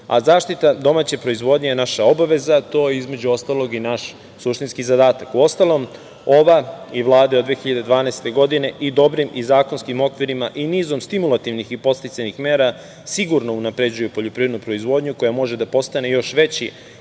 a zaštita domaće proizvodnje je naša obaveza. To je između ostalog i naš suštinski zadatak. Uostalom, ova i vlade od 2012. godine i dobrim i zakonskim okvirima i nizom stimulativnih i podsticajnih mera sigurno unapređuju poljoprivrednu proizvodnju koja može da postane još veći